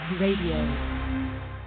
Radio